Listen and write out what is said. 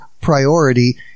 priority